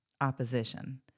opposition